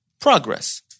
Progress